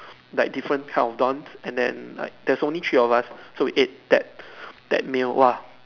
like different kinds of dons and then like there's only three of us so we ate that that meal !wah!